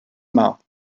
mouth